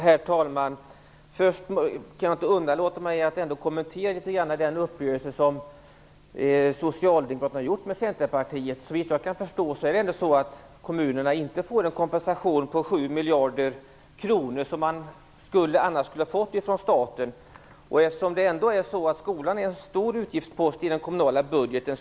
Herr talman! Jag kan till att börja med inte ungdå att kommentera den uppgörelse som Socialdemokraterna gjort med Centerpartiet. Såvitt jag kan förstå kommer kommunerna nu att inte få den kompensation på 7 miljarder kronor som de annars skulle ha fått från staten. Skolan är en stor utgiftspost i den kommunala budgeten.